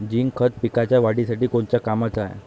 Zinc खत पिकाच्या वाढीसाठी कोन्या कामाचं हाये?